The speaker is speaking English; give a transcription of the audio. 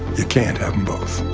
you can't have em both.